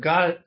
God